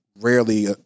rarely